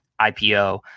IPO